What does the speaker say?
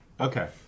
Okay